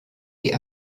die